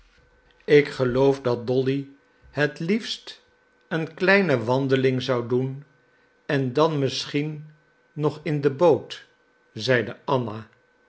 ik geloof dat dolly het liefst een kleine wandeling zou doen en dan misschien nog in de boot zeide anna